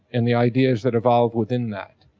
and the ideas that evolve within that.